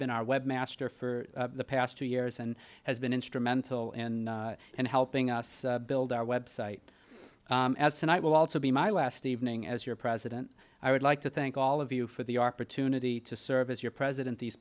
been our webmaster for the past two years and has been instrumental in helping us build our website and i will also be my last evening as your president i would like to thank all of you for the opportunity to serve as your president these